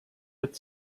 with